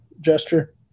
gesture